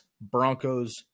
Broncos